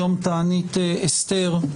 יום תענית אסתר,